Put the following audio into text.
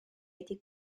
été